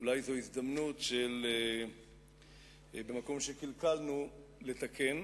אולי זו הזדמנות, במקום שקלקלנו לתקן,